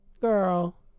Girl